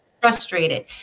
frustrated